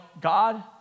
God